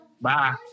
Bye